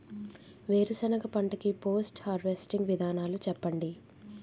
వేరుసెనగ పంట కి పోస్ట్ హార్వెస్టింగ్ విధానాలు చెప్పండీ?